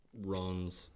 runs